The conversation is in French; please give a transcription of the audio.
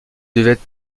devaient